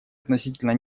относительно